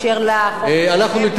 אנחנו ניתן על זה את הדעת.